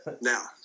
Now